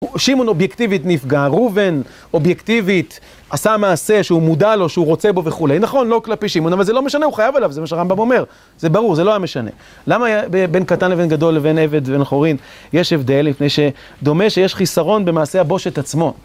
הוא שמעון אובייקטיבית נפגע, ראובן אובייקטיבית עשה מעשה שהוא מודע לו שהוא רוצה בו וכו', נכון, לא כלפי שמעון, אבל זה לא משנה, הוא חייב עליו, זה מה שרמב"ם אומר זה ברור, זה לא היה משנה למה בין קטן לבין גדול לבין עבד לבן חורין יש הבדל? מפני שדומה שיש חיסרון במעשה הבושת עצמו